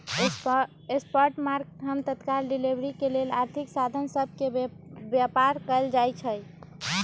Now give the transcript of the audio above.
spot market हम तत्काल delivery के लेल आर्थिक साधन सभ के व्यापार कयल जाइ छइ